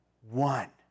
One